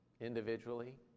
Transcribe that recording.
individually